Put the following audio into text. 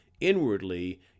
inwardly